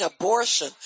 abortion